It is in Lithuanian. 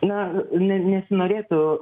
na ne nesinorėtų